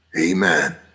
Amen